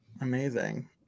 Amazing